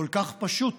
כל כך פשוט.